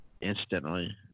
instantly